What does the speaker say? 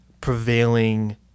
prevailing